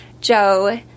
Joe